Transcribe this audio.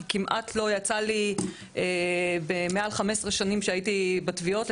כי כמעט לא יצא לי במעל 15 שנים שהייתי בתביעות,